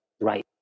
right